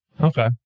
okay